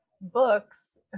books